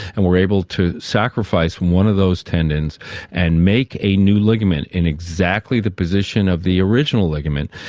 and we are able to sacrifice one of those tendons and make a new ligament in exactly the position of the original ligament.